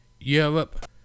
Europe